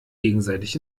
gegenseitig